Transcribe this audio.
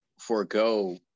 forego